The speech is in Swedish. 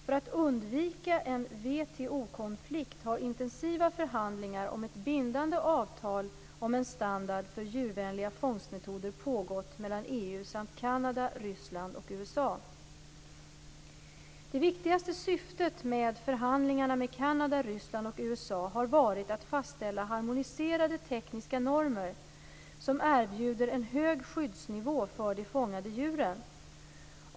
För att undvika en WTO-konflikt har intensiva förhandlingar om ett bindande avtal om en standard för djurvänliga fångstmetoder pågått mellan EU och Kanada, Ryssland samt USA. Det viktigaste syftet med förhandlingarna med Kanada, Ryssland och USA har varit att fastställa harmoniserade tekniska normer som erbjuder en hög skyddsnivå för de fångade djuren.